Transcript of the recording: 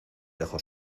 dejo